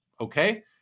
Okay